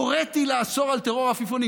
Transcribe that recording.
"הוריתי לאסור את טרור העפיפונים".